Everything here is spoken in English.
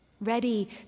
ready